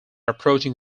approaching